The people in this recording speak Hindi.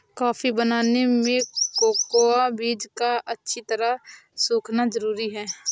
कॉफी बनाने में कोकोआ बीज का अच्छी तरह सुखना जरूरी है